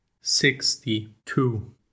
Sixty-two